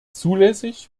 zulässig